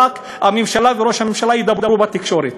והממשלה וראש הממשלה רק ידברו בתקשורת.